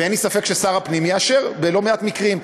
ואין לי ספק ששר הפנים יאשר בלא מעט מקרים.